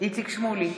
איציק שמולי,